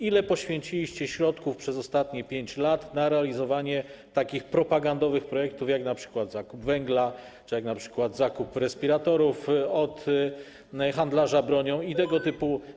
Ile poświęciliście środków przez ostatnich 5 lat na realizowanie takich propagandowych projektów, jak np. zakup węgla czy zakup respiratorów od handlarza bronią itp.